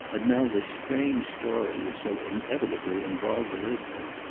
and now this strange story which so inevitably involved elizabeth.